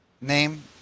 name